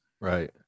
Right